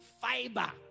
fiber